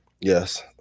Yes